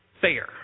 fair